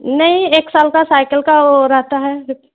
नहीं एक साल का साइकिल का वो रहता है कुछ